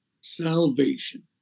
salvation